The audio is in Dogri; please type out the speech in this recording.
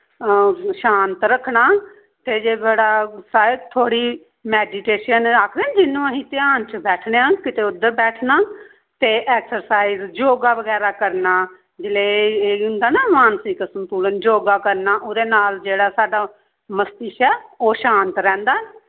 शांत रक्खना ते जे बड़ा गुस्सा आए थोह्ड़ी मैडिटेशन आक्खदे नी जिन्नू असीं ध्यान च बैठने आं किते उद्धर बैठना ते एक्सरसाइज जोगा बगैरा करना जिल्ले एह् एह् होंदा ना मानसिक संतुलन जोगा करना उ'दे नाल जेह्ड़ा साढ़ा मस्तिश्क ऐ ओह् शांत रौंह्दा